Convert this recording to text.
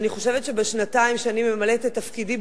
ואני חושבת שבשנתיים שאני ממלאת את תפקידי